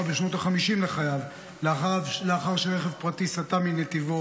בשנות החמישים לחייו לאחר שרכב פרטי סטה מנתיבו,